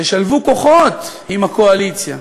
תשלבו כוחות עם הקואליציה